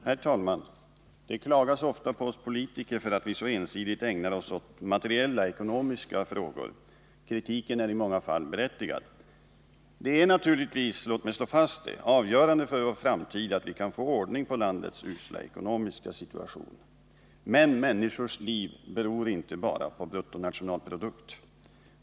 Herr talman! Det klagas ofta på oss politiker för att vi så ensidigt ägnar oss åt materiella, ekonomiska frågor. Kritiken är i många fall berättigad. Det är naturligtvis — låt mig slå fast det — avgörande för vår framtid att vi kan få ordning på landets usla ekonomiska situation. Men människors liv beror inte bara på BNP.